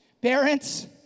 Parents